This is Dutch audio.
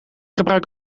gebruik